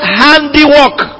handiwork